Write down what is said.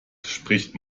spricht